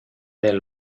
del